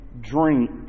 drink